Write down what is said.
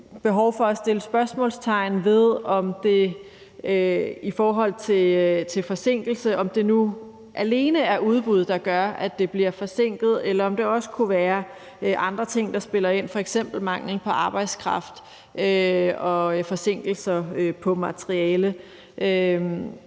behov for at sætte spørgsmålstegn ved, om det nu alene er udbuddet, der gør, at det bliver forsinket, eller om det også kunne være andre ting, der spiller ind, f.eks. manglen på arbejdskraft og forsinkelser på materiale.